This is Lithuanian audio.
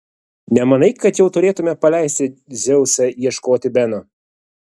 nemanai kad jau turėtumėme paleisti dzeusą ieškoti beno